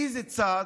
מאיזה צד?